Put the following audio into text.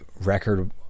record